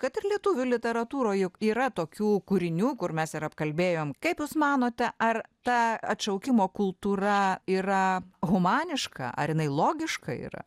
kad ir lietuvių literatūroj juk yra tokių kūrinių kur mes ir apkalbėjom kaip jūs manote ar ta atšaukimo kultūra yra humaniška ar jinai logiška yra